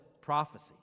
prophecy